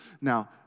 Now